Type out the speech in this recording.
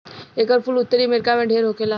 एकर फूल उत्तरी अमेरिका में ढेर होखेला